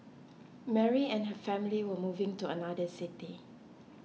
Mary and her family were moving to another city